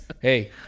Hey